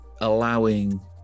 allowing